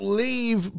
leave